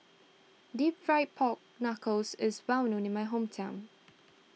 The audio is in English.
Deep Fried Pork Knuckles is well known in my hometown